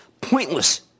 Pointless